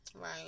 right